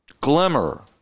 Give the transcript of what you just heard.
glimmer